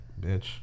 bitch